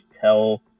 tell